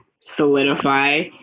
solidify